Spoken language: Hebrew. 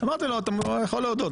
אמרתי לו, אתה יכול להודות.